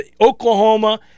Oklahoma